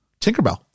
tinkerbell